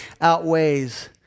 outweighs